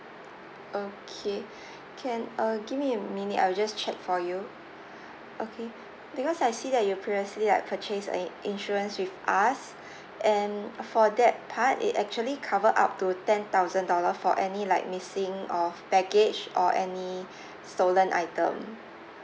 okay can uh give me a minute I'll just check for you okay because I see that you previously like purchased an insurance with us and uh for that part it actually cover up to ten thousand dollar for any like missing of baggage or any stolen item